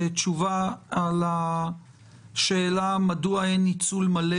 תשובה על השאלה מדוע אין ניצול מלא